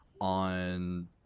on